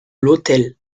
l’hôtel